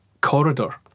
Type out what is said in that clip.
corridor